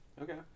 okay